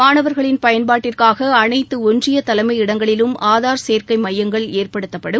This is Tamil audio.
மாணவர்களின் பயன்பாட்டிற்காக அனைத்து ஒன்றிய தலைமை இடங்களிலும் ஆதார் சேர்க்கை மையங்கள் ஏற்படுத்தப்படும்